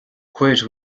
cuir